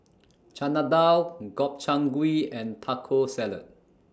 Chana Dal Gobchang Gui and Taco Salad